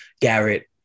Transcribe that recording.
Garrett